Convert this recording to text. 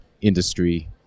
industry